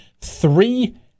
three